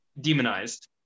Demonized